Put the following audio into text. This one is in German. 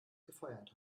gefeuert